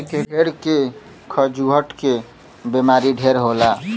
भेड़ के खजुहट के बेमारी ढेर होला